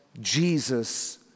Jesus